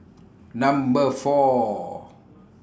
Number four